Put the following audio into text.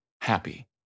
happy